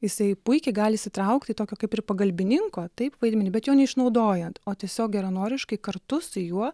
jisai puikiai gali įsitraukti į tokio kaip ir pagalbininko taip vaidmenį bet jo neišnaudojant o tiesiog geranoriškai kartu su juo